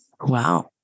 wow